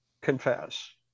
confess